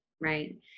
right